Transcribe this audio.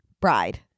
bride